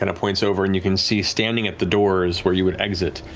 and points over and you can see standing at the doors where you would exit,